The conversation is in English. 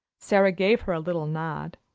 sara gave her a little nod,